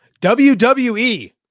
WWE